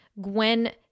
gwen